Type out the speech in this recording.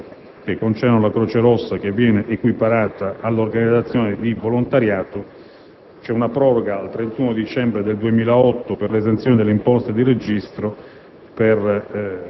Ci sono poi norme che concernono la Croce Rossa, che viene equiparata ad organizzazioni di volontariato. C'è una proroga al 31 dicembre 2008 per l'esenzione delle imposte di registro